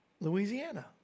Louisiana